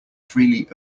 freely